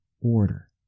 order